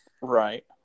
Right